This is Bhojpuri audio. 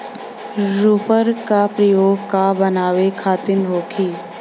रिपर का प्रयोग का बनावे खातिन होखि?